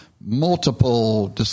multiple